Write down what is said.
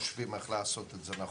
חושבים איך לעשות נכון,